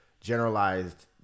generalized